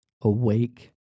awake